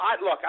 look